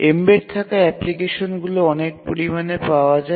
embed থাকা অ্যাপ্লিকেশনগুলি অনেক পরিমানে পাওয়া যায়